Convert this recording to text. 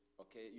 Okay